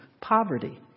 poverty